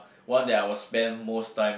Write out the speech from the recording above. one that I will spend most time